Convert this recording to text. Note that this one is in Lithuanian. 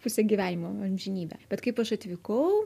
puse gyvenimo amžinybe bet kaip aš atvykau